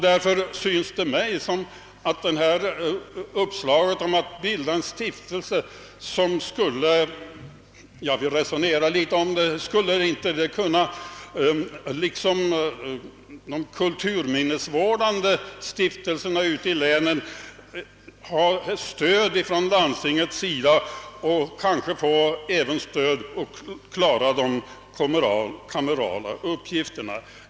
Därför synes det mig som om uppslaget att bilda en stiftelse, liksom vi har för de kulturminnesvårdande uppgifterna ute i länet, som har stöd från landstingets sida, är gott. Stiftelsen borde också få hjälp för att klara de kamerala uppgifterna.